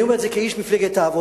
אני אומר את זה כאיש מפלגת העבודה,